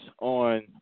on